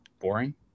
Boring